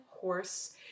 horse